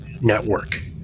network